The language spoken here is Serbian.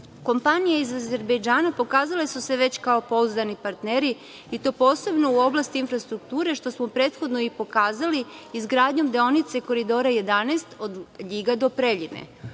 km.Kompanije iz Azerbejdžana pokazale su se već kao pouzdani partneri i to posebno u oblasti infrastrukture, što smo prethodno i pokazali izgradnjom deonice Koridora 11, od Ljiga od Preljine.